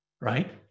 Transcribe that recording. right